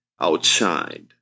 outshined